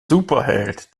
superheld